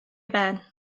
ben